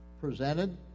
presented